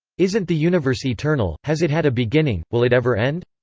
isn't the universe eternal, has it had a beginning, will it ever end?